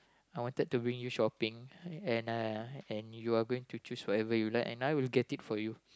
I wanted to bring you shopping and uh and you're going to choose whatever you like and I will get it for you